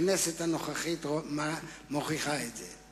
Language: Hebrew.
הכנסת הנוכחית מוכיחה את זה.